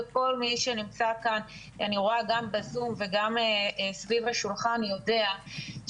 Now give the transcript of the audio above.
וכל מי שנמצא כאן אני רואה גם בזום וגם סביב השולחן יודע שבסוף,